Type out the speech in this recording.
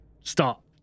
Stop